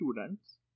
students